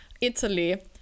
Italy